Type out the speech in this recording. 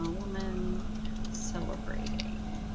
woman celebrating